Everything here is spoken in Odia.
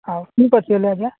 ହଉ ଠିକ୍ ଅଛି ହେଲେ ଆଜ୍ଞା